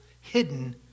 hidden